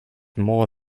more